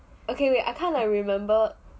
okay wait I kind like remember